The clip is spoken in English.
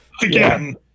again